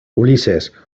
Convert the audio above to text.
ulises